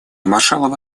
маршалловы